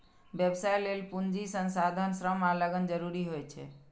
व्यवसाय लेल पूंजी, संसाधन, श्रम आ लगन जरूरी होइ छै